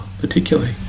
particularly